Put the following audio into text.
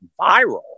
viral